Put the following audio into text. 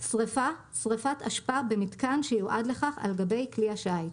"שריפה" שריפת אשפה במיתקן שיועד לכך על-גבי כלי השיט.